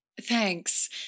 Thanks